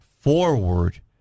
forward